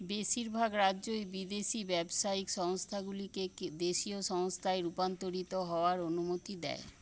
বেশিরভাগ রাজ্যই বিদেশী ব্যবসায়িক সংস্থাগুলিকে দেশীয় সংস্থায় রূপান্তরিত হওয়ার অনুমতি দেয়